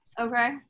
Okay